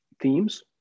themes